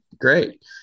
great